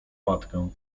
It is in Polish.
matkę